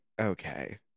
okay